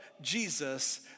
Jesus